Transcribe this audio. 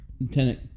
Lieutenant